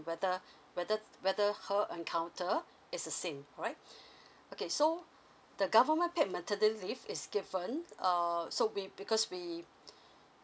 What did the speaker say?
whether whether whether her encounter is the same all right okay so the government paid maternity leave is given uh so we because we